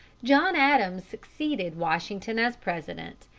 john adams succeeded washington as president,